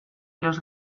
los